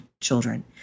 children